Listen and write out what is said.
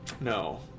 No